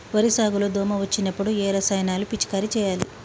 వరి సాగు లో దోమ వచ్చినప్పుడు ఏ రసాయనాలు పిచికారీ చేయాలి?